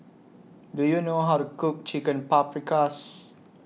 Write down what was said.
Do YOU know How to Cook Chicken Paprikas